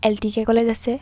L T K college আছে